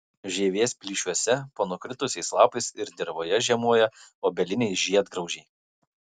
žievės plyšiuose po nukritusiais lapais ir dirvoje žiemoja obeliniai žiedgraužiai